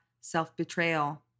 self-betrayal